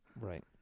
Right